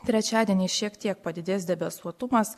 trečiadienį šiek tiek padidės debesuotumas